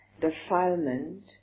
defilement